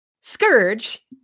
Scourge